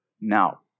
now